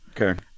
Okay